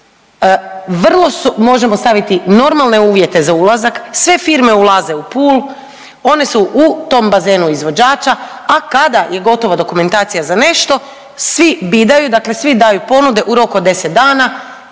su, možemo staviti normalne uvjete za ulazak, sve firme ulaze u pool, one su u tom bazenu izvođača, a kada je gotova dokumentacija za nešto, svi „bidaju“ dakle svi daju ponude u roku od 10 dana,